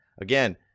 again